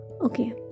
okay